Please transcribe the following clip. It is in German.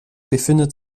befindet